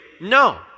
No